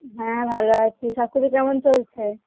হ্যাঁ ভালো আছি সব কিছু কেমন চলছে